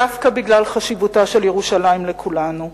דווקא בשל חשיבותה של ירושלים לכולנו.